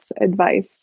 advice